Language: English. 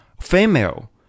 female